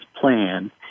plan